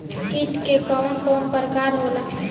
कीट के कवन कवन प्रकार होला?